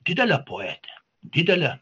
didelę poetę didelę